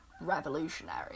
revolutionary